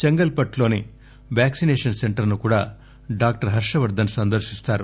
చెంగల్ పట్టులోని vaccination centre ను కూడా డాక్టర్ హర్షవర్థన్ సందర్శిస్తారు